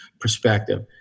perspective